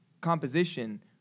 composition